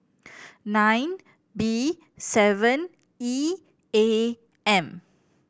nine B seven E A M